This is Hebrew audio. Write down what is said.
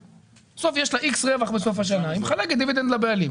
בסוף יש לה איקס רווח בסוף השנה והיא מחלקת דיבידנד לבעלים.